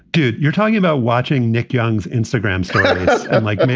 dude, you're talking about watching nick young's instagram and like me.